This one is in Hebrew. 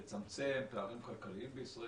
לצמצם פערים כלכליים בישראל.